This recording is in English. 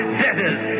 debtors